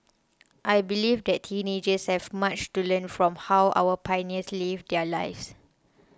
I believe that teenagers have much to learn from how our pioneers lived their lives